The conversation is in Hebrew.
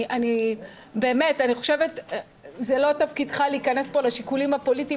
זה לא תפקידך להכנס לשיקולים הפוליטיים,